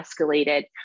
escalated